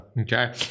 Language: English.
Okay